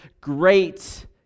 great